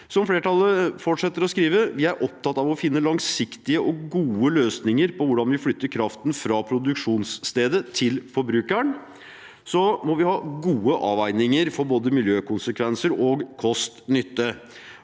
Som flertallet skriver videre, er vi opptatt av å finne langsiktige og gode løsninger for hvordan vi flytter kraften fra produksjonsstedet til forbrukeren. Så må vi ha gode avveininger av både miljøkonsekvenser og kost–nytte.